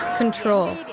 control,